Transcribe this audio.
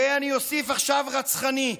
ואני אוסיף עכשיו, רצחני.